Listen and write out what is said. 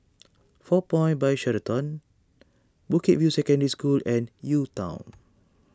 four Points By Sheraton Bukit View Secondary School and UTown